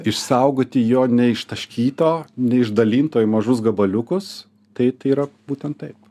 išsaugoti jo neištaškyto neišdalinto į mažus gabaliukus tai tai yra būtent taip